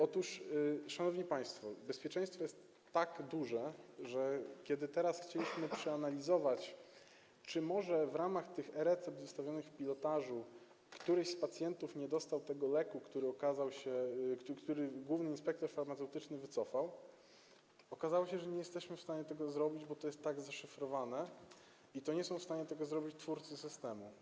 Otóż, szanowni państwo, bezpieczeństwo jest tak duże, że kiedy teraz chcieliśmy przeanalizować, czy może w ramach tych recept wystawionych w pilotażu któryś z pacjentów nie dostał tego leku, który główny inspektor farmaceutyczny wycofał, okazało się, że nie jesteśmy w stanie tego zrobić, bo to jest tak zaszyfrowane, że nie są w stanie tego zrobić twórcy systemu.